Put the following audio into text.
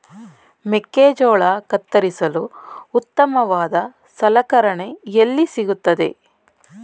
ಮೆಕ್ಕೆಜೋಳ ಕತ್ತರಿಸಲು ಉತ್ತಮವಾದ ಸಲಕರಣೆ ಎಲ್ಲಿ ಸಿಗುತ್ತದೆ?